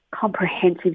comprehensive